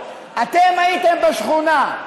הייתם בשכונה,